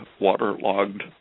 waterlogged